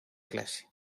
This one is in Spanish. clase